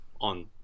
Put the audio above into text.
on